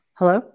Hello